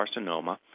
carcinoma